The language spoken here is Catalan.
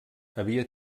havia